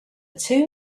two